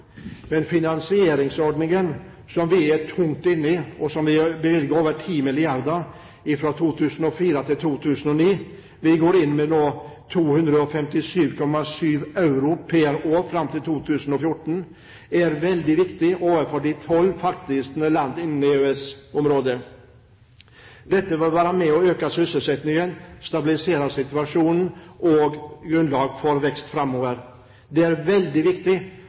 Men finansieringsordningen, som vi er tungt inne i, og som vi har bevilget over 10 milliarder kr til fra 2004 til 2009 – vi går nå inn med 257,7 mill. euro pr. år fram til 2014 – er veldig viktig overfor de tolv fattigste land innen EØS-området. Dette vil være med og øke sysselsettingen, stabilisere situasjonen og gi grunnlag for vekst framover. Det er veldig viktig